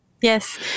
Yes